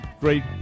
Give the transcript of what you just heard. great